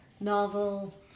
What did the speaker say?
novel